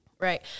Right